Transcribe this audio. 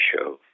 show